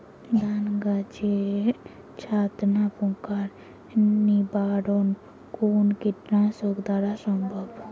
ধান গাছের ছাতনা পোকার নিবারণ কোন কীটনাশক দ্বারা সম্ভব?